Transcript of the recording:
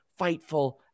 FIGHTFUL